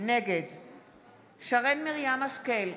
נגד שרן מרים השכל,